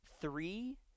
three